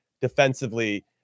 defensively